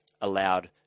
allowed